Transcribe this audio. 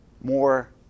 more